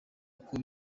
uko